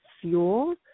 fuel